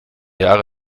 jahre